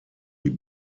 die